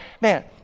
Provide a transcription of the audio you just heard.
man